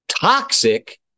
toxic